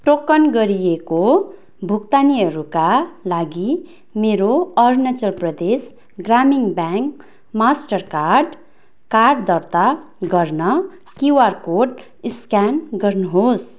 token गरिएको भुक्तानीहरूका लागि मेरो अरुणाचल प्रदेश ग्रामीण ब्याङ्क मास्टरकार्ड कार्ड दर्ता गर्न क्युआर कोड स्क्यान गर्नुहोस्